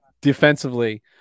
Defensively